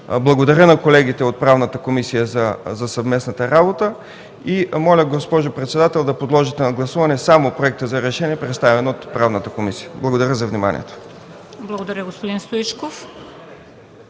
Благодаря на колегите от Правната комисия за съвместната работа. Госпожо председател, моля да подложите на гласуване само проекта за решение, представен от Правната комисия. Благодаря. ПРЕДСЕДАТЕЛ МЕНДА СТОЯНОВА: Благодаря, господин Стоичков.